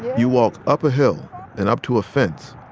you walk up a hill and up to a fence,